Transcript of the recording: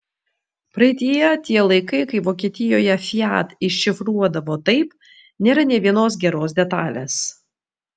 praeityje tie laikai kai vokietijoje fiat iššifruodavo taip nėra nė vienos geros detalės